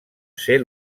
ser